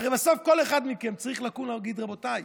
הרי בסוף כל אחד מכם צריך לקום ולהגיד רבותיי,